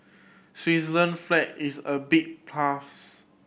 Switzerland flag is a big plus